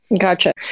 Gotcha